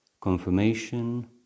Confirmation